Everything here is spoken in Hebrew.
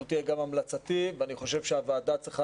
וזו תהיה גם המלצתי, שהוועדה צריכה